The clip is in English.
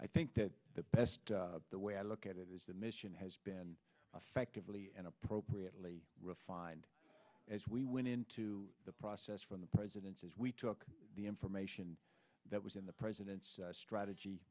i think that the best the way i look at it is the mission has been effectively and appropriately refined as we went into the process from the president as we took the information that was in the president's strategy